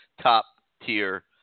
top-tier